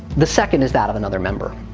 the second is that of another member.